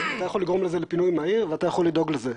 אתה יכול לגרום לזה לפינוי מהיר ואתה יכול לדאוג לזה.